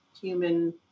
human